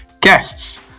guests